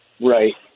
Right